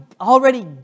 already